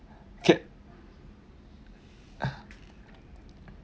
okay